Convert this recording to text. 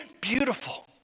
beautiful